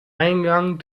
eingang